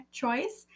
choice